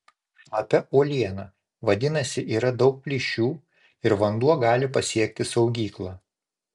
šlapia uoliena vadinasi yra daug plyšių ir vanduo gali pasiekti saugyklą